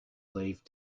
leave